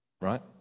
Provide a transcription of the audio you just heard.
Right